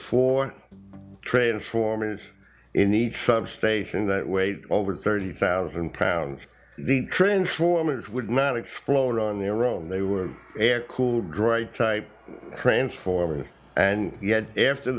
four transformers in each substation that weighed over thirty thousand pounds the transformers would not explode on their own they were air cooled dry type transformers and yet after